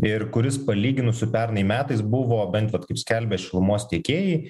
ir kuris palyginus su pernai metais buvo bent vat kaip skelbia šilumos tiekėjai